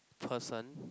person